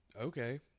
Okay